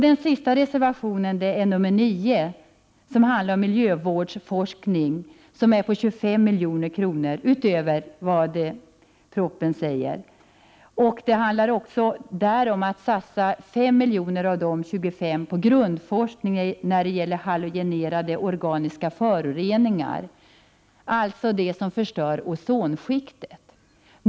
Den sista reservation jag tänkte behandla är reservation nr 9, som handlar om miljövårdsforskning. Vi vill satsa 25 milj.kr. utöver vad budgetpropositionen föreslår. Också på detta område handlar det om att satsa 5 milj.kr. av de 25 på grundforskning om halogenerade organiska föroreningar, alltså sådana som förstör ozonskiktet.